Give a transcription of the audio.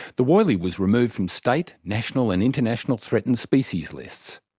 the woylie was removed from state, national and international threatened species lists.